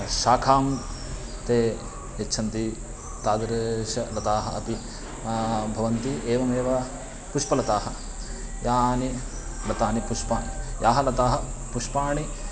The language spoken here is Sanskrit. शाखां ते यच्छन्ति तादृशाः लताः अपि भवन्ति एवमेव पुष्पलताः याः लताः पुष्पानि याः लताः पुष्पाणि